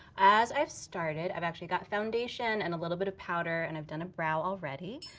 as i've started, i've actually got foundation and a little bit of powder, and i've done a brow already.